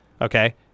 okay